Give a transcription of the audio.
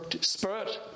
spirit